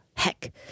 Heck